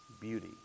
beauty